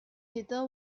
heather